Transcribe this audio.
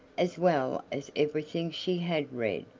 as well as everything she had read,